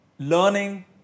Learning